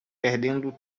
perdendo